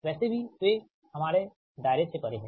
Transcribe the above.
वैसे भी वे हमारे दायरे से परे हैं